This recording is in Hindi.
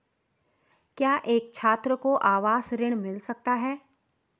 क्या एक छात्र को आवास ऋण मिल सकता है?